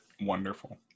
wonderful